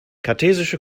kartesische